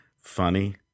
funny